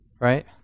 right